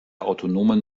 autonomen